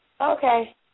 Okay